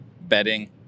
bedding